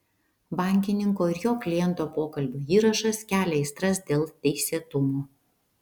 bankininko ir jo kliento pokalbio įrašas kelia aistras dėl teisėtumo